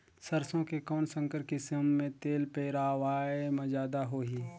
सरसो के कौन संकर किसम मे तेल पेरावाय म जादा होही?